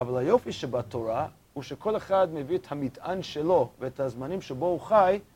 אבל היופי שבתורה, הוא שכל אחד מביא את המטען שלו, ואת הזמנים שבו הוא חי,